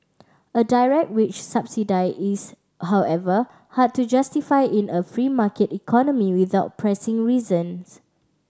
a direct wage subsidy is however hard to justify in a free market economy without pressing reasons